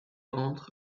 entre